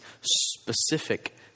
specific